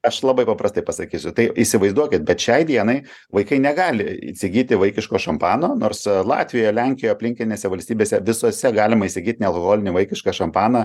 aš labai paprastai pasakysiu tai įsivaizduokit bet šiai dienai vaikai negali įsigyti vaikiško šampano nors latvijoje lenkijoje aplinkinėse valstybėse visuose galima įsigyt nealkoholinį vaikišką šampaną